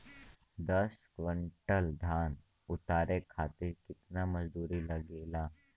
दस क्विंटल धान उतारे खातिर कितना मजदूरी लगे ला?